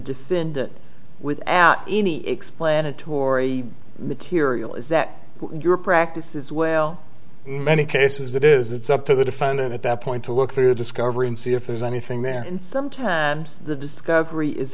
defendant without any explanatory material is that your practice is well in many cases that is it's up to the defendant at that point to look through discovery and see if there's anything there and sometimes the discovery is